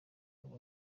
ngo